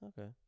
Okay